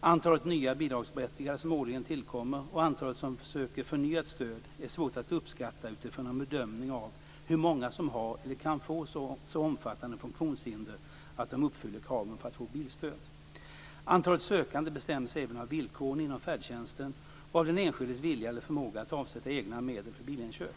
Antalet nya bidragsberättigade som årligen tillkommer och antalet som söker förnyat stöd är svårt att uppskatta utifrån en bedömning av hur många som har eller kan få så omfattande funktionshinder att de uppfyller kraven för att få bilstöd. Antalet sökande bestäms även av villkoren inom färdtjänsten och av den enskildes vilja eller förmåga att avsätta egna medel för bilinköp.